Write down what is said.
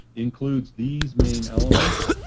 includes these main elements.